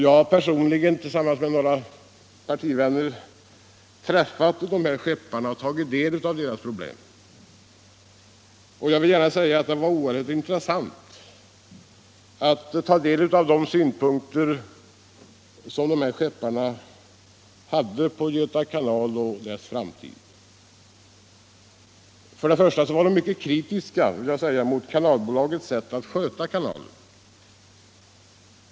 Jag har personligen tillsammans med några partivänner träffat dessa skeppare och hört vilka problem de har. Det var oerhört intressant att ta del av de synpunkter de hade på Göta kanal och dess framtid. De var först och främst mycket kritiska mot Kanalbolagets sätt att sköta kanalen.